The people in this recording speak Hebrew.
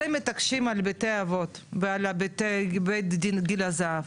אתם מתעקשים על בתי האבות ועל בית גיל הזהב,